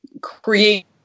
create